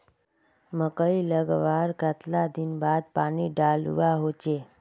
मकई लगवार कतला दिन बाद पानी डालुवा होचे?